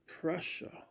pressure